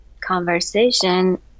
conversation